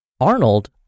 Arnold